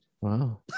Wow